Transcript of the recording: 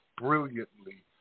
brilliantly